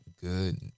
good